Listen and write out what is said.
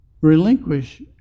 Relinquish